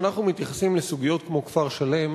כשאנחנו מתייחסים לסוגיות כמו כפר-שלם,